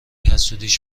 حسودیش